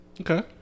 okay